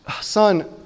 Son